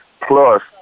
Plus